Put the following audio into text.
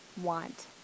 want